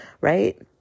Right